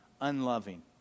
unloving